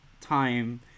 time